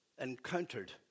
encountered